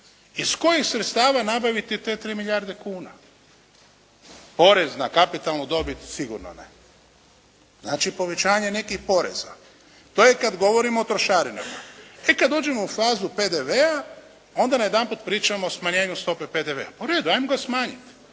iz kojih sredstava nabaviti te 3 milijarde kuna? Porez na kapitalnu dobit sigurno ne. Znači povećanje nekih poreza. To je kad govorimo o trošarinama. E, kad dođemo u fazu PDV-a onda najedanput pričamo o smanjenju stope PDV-a. Pa u redu, ajmo ga smanjiti.